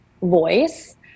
voice